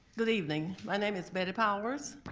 good evening, my name is betty powers.